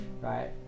Right